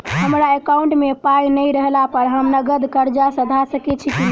हमरा एकाउंट मे पाई नै रहला पर हम नगद कर्जा सधा सकैत छी नै?